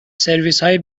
سرویسهای